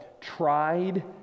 tried